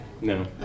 no